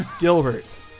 Gilbert